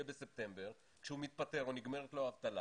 בספטמבר כשהוא מתפטר או נגמרת לו האבטלה?